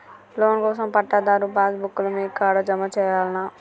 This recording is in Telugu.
లోన్ కోసం పట్టాదారు పాస్ బుక్కు లు మీ కాడా జమ చేయల్నా?